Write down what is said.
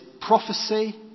prophecy